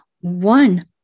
one